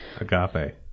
agape